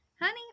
honey